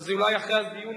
אז אולי אחרי הדיון.